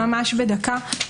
ממש דקה.